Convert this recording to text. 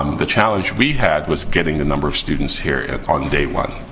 um the challenge we had was getting the number of students here on day one.